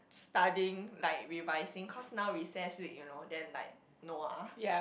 studying like revising cause now recess week you know then like no ah